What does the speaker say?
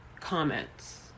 comments